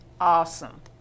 Awesome